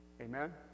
Amen